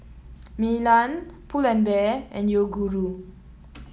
Milan Pull and Bear and Yoguru